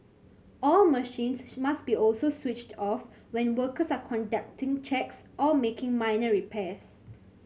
all machines must also be switched off when workers are conducting checks or making minor repairs